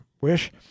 wish